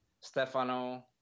Stefano